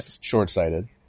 Short-sighted